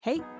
Hey